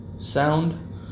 sound